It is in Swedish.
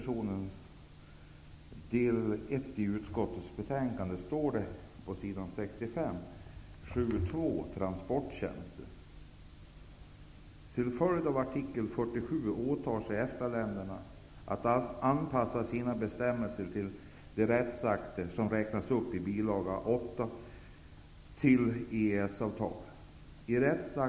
I del 1 i utskottets betänkande står det på sid. 65, 7.2 Transporttjänster: ''Till följd av artikel 47 åtar sig EFTA-länderna att anpassa sina bestämmelser till de rättsakter som räknas upp i bilaga XIII till EES-avtalet.